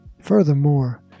furthermore